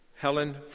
Helen